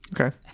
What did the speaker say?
Okay